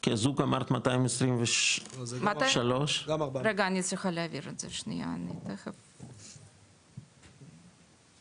כי הזוג אמרת 223. רגע, שנייה, אני יכולה